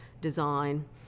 design